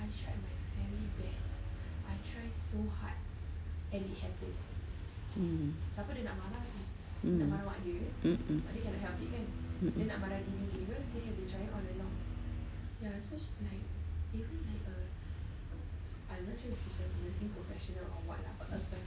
mm mm mm mm